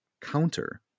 counter